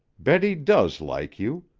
betty does like you.